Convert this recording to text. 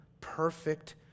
perfect